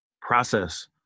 process